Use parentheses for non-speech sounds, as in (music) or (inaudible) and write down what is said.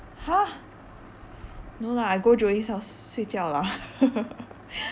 !huh! no lah I go joey's house 睡觉 lah (laughs)